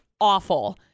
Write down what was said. awful